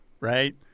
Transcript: right